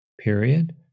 period